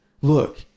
look